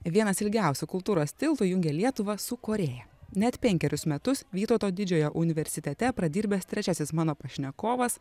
vienas ilgiausių kultūros tiltų jungia lietuvą su korėja net penkerius metus vytauto didžiojo universitete pradirbęs trečiasis mano pašnekovas